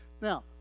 now